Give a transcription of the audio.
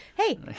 hey